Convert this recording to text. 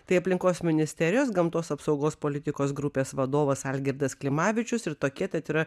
tai aplinkos ministerijos gamtos apsaugos politikos grupės vadovas algirdas klimavičius ir tokie tat yra